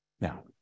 Now